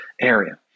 area